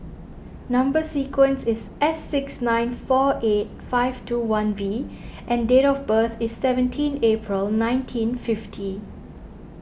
Number Sequence is S six nine four eight five two one V and date of birth is seventeen April nineteen fifty